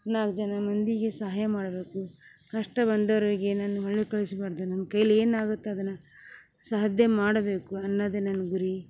ನಾಲ್ಕು ಜನ ಮಂದಿಗೆ ಸಹಾಯ ಮಾಡಬೇಕು ಕಷ್ಟ ಬಂದವರಿಗೆ ಏನನ ಕಳ್ಸ್ಬಾರದು ನಮ್ಮ ಕೈಯಲ್ಲಿ ಏನಾಗತ್ತೋ ಅದನ್ನ ಸಾಧ್ಯ ಮಾಡಬೇಕು ಅನ್ನೋದೇ ನನ್ನ ಗುರಿ